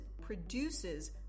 produces